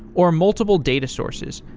or multiple data sources.